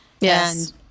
Yes